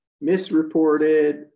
misreported